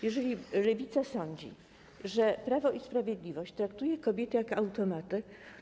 Jeżeli Lewica sądzi, że Prawo i Sprawiedliwość traktuje kobiety jak automaty.